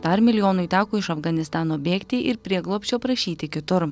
dar milijonui teko iš afganistano bėgti ir prieglobsčio prašyti kitur